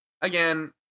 again